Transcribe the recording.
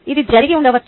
ఇది జరిగి ఉండవచ్చు